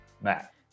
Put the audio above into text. Matt